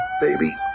baby